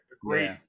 great